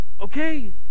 okay